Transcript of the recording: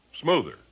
smoother